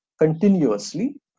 Continuously